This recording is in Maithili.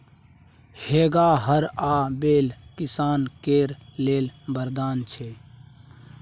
हेंगा, हर आ बैल किसान केर लेल बरदान छै